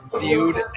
viewed